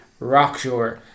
Rockshore